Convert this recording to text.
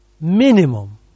Minimum